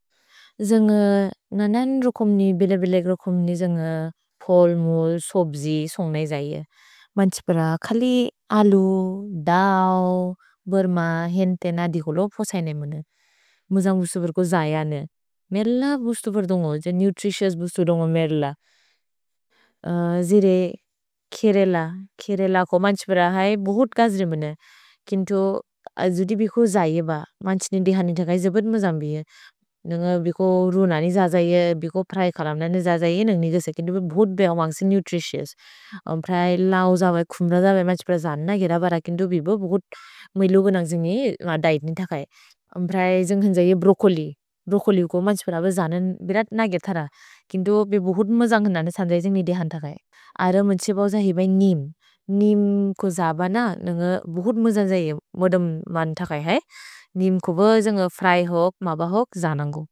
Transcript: जन्ग् न्गनन् रुकुम्नि, बिले बिलेक् रुकुम्नि जन्ग् पोल् मुल्, सोब्जि, सोन्ग् नै जैये। मन्छ् प्रा खलि अलु, दौ, बेर्म, हेन्तेन दिकोलो पोसएनेमेने। मुजन्ग् बुस्तुपर् को जैय ने। मेल बुस्तुपर् दुन्गो, जन्ग् नुत्रितिओउस् बुस्तुपर् दुन्गो मेल। जिरे किरेल, किरेल को मन्छ् प्रा है बोहोत् गज्रिमेने। किन्तु अजुदि बिकु जैये ब। मन्छ् ने दिहनेन् तकै जिबुत् मुजम्बि है। न्गन बिकु रुननि जैये, बिकु प्रए खलम्न ने जैये नन्ग् नेगेसे। किन्तु बे बोहोत् बे अवन्ग्से नुत्रितिओउस्। प्रए लौ जवै, खुम्र जवै मन्छ् प्रा जन् न किरेल बर। किन्तु बिबु बोहोत् मुइलु गु नन्ग् जिन्गि दैद्ने तकै। प्रए जन्ग् हेन्त्जैए ब्रोचोलि। भ्रोचोलि को मन्छ् प्रा ब जनन् बिरत् नगत् थर। किन्तु बे बोहोत् मुजन्ग् हेन्तन त्सन्द्जै जन्ग् ने दिहन् तकै। अर मुन्छि बौस हि बै नीम्। नीम् को जबन, न्गन बोहोत् मुजन्ग् जैये मोदेम्मन् तकै है। नीम् को बोज न्ग फ्रै होक्, मब होक् जनन्गु।